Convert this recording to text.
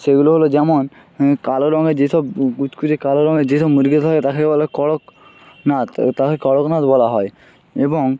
সেইগুলো হলো যেমন কালো রঙের যেসব কুচকুচে কালো রঙের যেসব মুরগি থাকে তাকে বলা হয় করক নাথ ও তাকে করকনাথ বলা হয় এবং